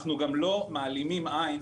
אנחנו גם לא מעלימים עין,